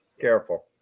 Careful